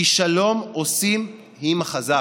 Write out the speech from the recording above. כי שלום עושים עם החזק.